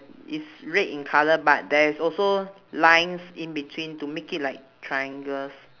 is red in colour but there is also lines in between to make it like triangles